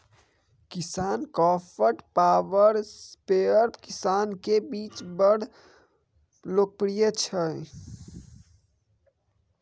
KisanKraft power spare किसानक बीच बड़ लोकप्रिय छै